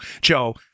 Joe